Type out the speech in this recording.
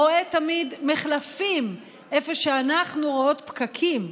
רואה תמיד מחלפים איפה שאנחנו רואות פקקים,